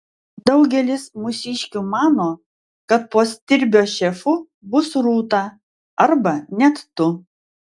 daugelis mūsiškių mano kad po stirbio šefu bus rūta arba net tu